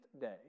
day